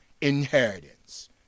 inheritance